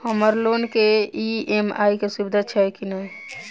हम्मर लोन केँ ई.एम.आई केँ सुविधा छैय की नै?